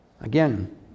Again